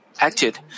acted